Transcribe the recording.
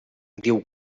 diu